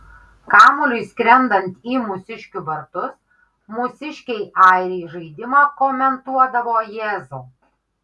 kamuoliui skrendant į mūsiškių vartus mūsiškiai airiai žaidimą komentuodavo jėzau